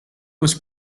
was